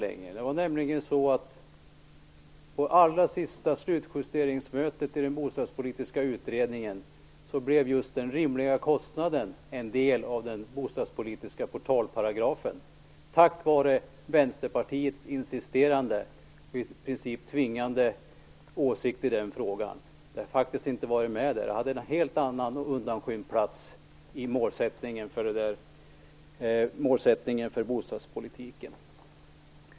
På det allra sista slutjusteringsmötet i den bostadspolitiska utredningen blev just detta med den rimliga kostnaden en del av den bostadspolitiska portalparagrafen tack vare Vänsterpartiets insisterande och i princip tvingande åsikt i den frågan. Detta hade faktiskt annars inte funnits med där. Det hade en helt annan, och undanskymd, plats i målsättningen för bostadspolitiken.